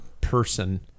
person